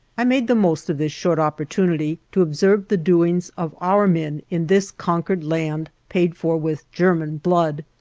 i made the most of this short opportunity to observe the doings of our men in this conquered land paid for with german blood.